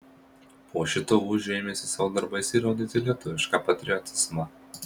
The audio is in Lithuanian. po šito lūžio ėmėsi savo darbais įrodyti lietuvišką patriotizmą